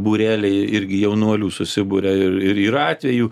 būreliai irgi jaunuolių susiburia ir yra atvejų